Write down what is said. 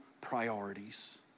priorities